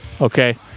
Okay